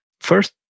First